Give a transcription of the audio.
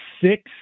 six